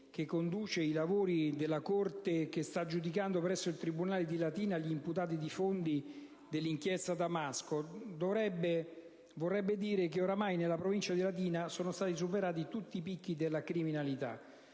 che conduce i lavori della corte che sta giudicando presso il tribunale di Latina gli imputati di Fondi dell'inchiesta Damasco, vorrebbe dire che ormai nella provincia di Latina sono stati superati tutti i picchi della criminalità.